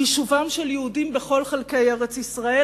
יישובם של יהודים בכל חלקי ארץ-ישראל,